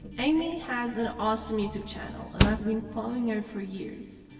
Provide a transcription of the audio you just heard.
amy has an awesome youtube channel and i've been following her for years.